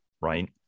right